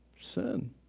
Sin